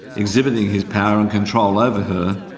exhibiting his power and control over her,